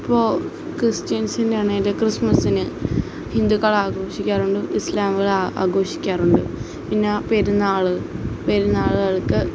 ഇപ്പോൾ ക്രിസ്ത്യൻസിൻ്റെ ആണേൽ ക്രിസ്മസിന് ഹിന്ദുക്കളാഘോഷിക്കാറുണ്ട് ഇസ്ലാമുകളാഘോഷിക്കാറുണ്ട് പിന്നെ പെരുന്നാൾ പെരുന്നാളുകൾക്ക്